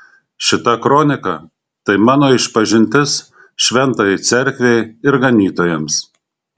šita kronika tai mano išpažintis šventajai cerkvei ir ganytojams